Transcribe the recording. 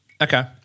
Okay